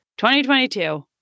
2022